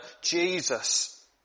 Jesus